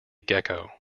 gecko